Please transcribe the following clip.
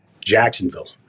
Jacksonville